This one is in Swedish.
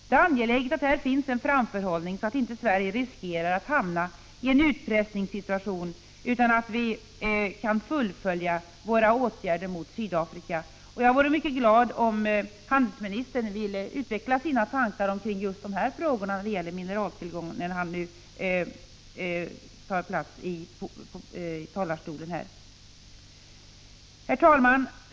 Det är angeläget att det här finns en framförhållning så att Sverige inte riskerar att hamna i en utpressningssituation, utan att vi kan fullfölja våra åtgärder mot Sydafrika. Jag vore mycket glad om handelsministern ville utveckla sina tankar om just dessa frågor beträffande mineraltillgångarna när han tar plats i talarstolen. Herr talman!